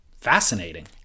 Fascinating